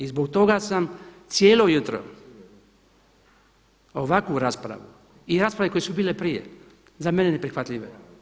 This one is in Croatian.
I zbog toga sam cijelo jutro ovakvu raspravu i rasprave koje su bile prije za mene neprihvatljive.